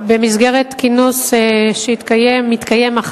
אני לא נתקלתי בבעיה,